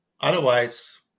Otherwise